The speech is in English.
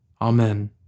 Amen